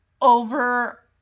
over